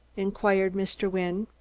inquired mr. wynne.